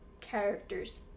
characters